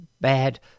bad